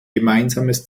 gemeinsames